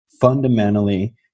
fundamentally